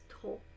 trop